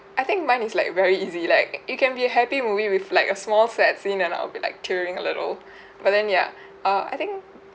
I think mine is like very easy like it can be a happy movie with like a small sad scene and I'll be like tearing a little but then ya uh I think